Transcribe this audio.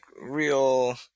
real